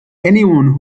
anyone